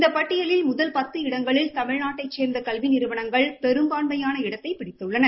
இந்த பட்டியலில் முதல் பத்து இடங்களில் தமிழ்நாட்டைச் சேர்ந்த கல்வி நிறுவனங்கள் பெரும்பான்மையான இடத்தை பிடித்துள்ளன